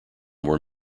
were